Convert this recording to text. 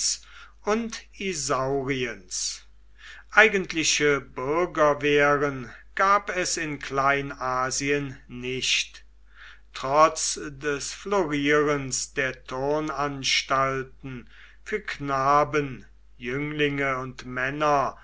und isauriens eigentliche bürgerwehren gab es in kleinasien nicht trotz des florierens der turnanstalten für knaben jünglinge und männer